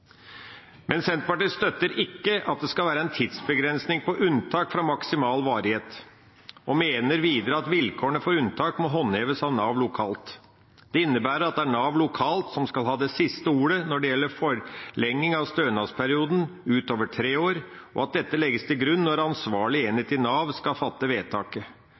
Men Senterpartiet støtter ikke at det skal være en tidsbegrensning på unntak fra maksimal varighet, og mener videre at vilkårene for unntak må håndheves av Nav lokalt. Det innebærer at det er Nav lokalt som skal ha det siste ordet når det gjelder forlenging av stønadsperioden utover tre år, og at dette legges til grunn når ansvarlig enhet i Nav skal fatte vedtaket.